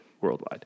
worldwide